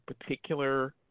particular